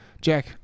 Jack